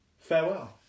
farewell